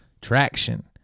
traction